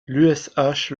l’ush